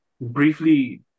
briefly